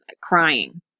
crying